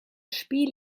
spiel